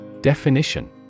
Definition